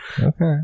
Okay